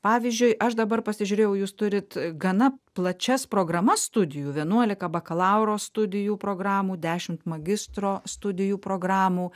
pavyzdžiui aš dabar pasižiūrėjau jūs turit gana plačias programas studijų vienuolika bakalauro studijų programų dešimt magistro studijų programų